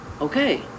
Okay